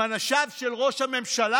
עם אנשיו של ראש הממשלה,